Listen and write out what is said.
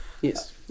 Yes